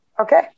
Okay